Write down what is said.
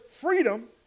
freedom